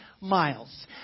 miles